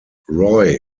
roy